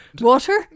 Water